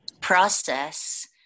process